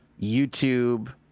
YouTube